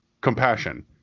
compassion